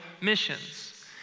missions